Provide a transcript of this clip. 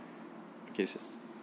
okay sir